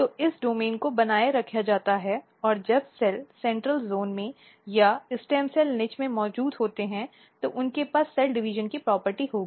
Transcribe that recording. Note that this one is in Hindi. तो इस डोमेन को बनाए रखा जाता है और जब सेल केंद्रीय क्षेत्र में या स्टेम सेल निच में मौजूद होते हैं तो उनके पास सेल डिवीजन की प्रॉपर्टी होगी